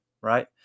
right